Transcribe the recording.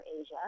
Asia